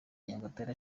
nyagatare